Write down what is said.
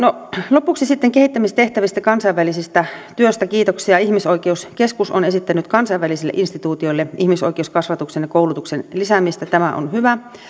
lopuksi sitten kehittämistehtävistä kansainvälisestä työstä kiitoksia ihmisoikeuskeskus on esittänyt kansainvälisille instituutioille ihmisoikeuskasvatuksen ja koulutuksen lisäämistä tämä on hyvä